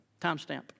Timestamp